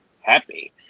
happy